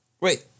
Wait